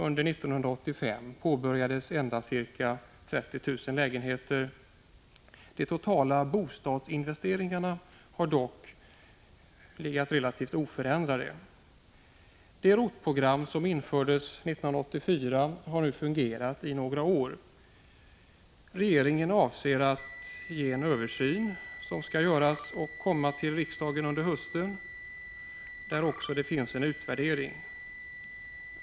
Under 1985 påbörjades endast ca 30 000 lägenheter. De totala bostadsinvesteringarna är dock relativt oförändrade. Det ROT-program som infördes 1984 har nu fungerat i några år. Regeringen aviserar att en översyn skall göras och att en redovisning av utvärderingen skall lämnas till riksdagen till hösten.